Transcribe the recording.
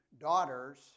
daughters